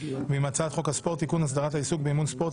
הצעת חוק הספורט (תיקון) (הסדרת העיסוק באימון ספורט),